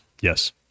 Yes